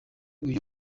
uyu